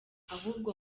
ahubwo